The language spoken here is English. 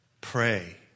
Pray